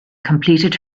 completed